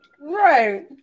Right